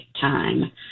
time